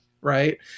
Right